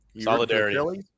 solidarity